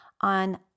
on